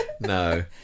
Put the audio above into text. No